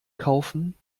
kaufen